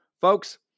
Folks